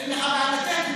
אין לך מה לתת,